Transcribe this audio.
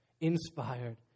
inspired